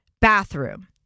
bathroom